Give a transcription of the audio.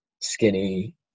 skinny